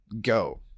go